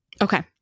Okay